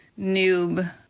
noob